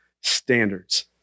standards